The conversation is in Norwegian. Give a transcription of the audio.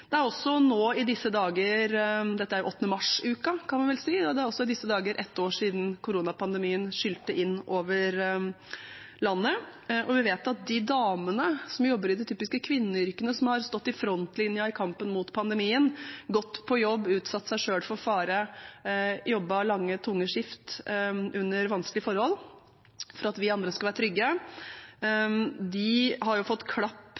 Det er også nå i disse dager – dette er 8. mars-uka, kan man vel si – ett år siden koronapandemien skylte inn over landet. Vi vet at de damene som jobber i de typiske kvinneyrkene, som har stått i frontlinjen mot pandemien, gått på jobb, utsatt seg selv for fare, jobbet lange, tunge skift under vanskelige forhold for at vi andre skulle være trygge, har fått klapp